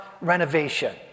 renovation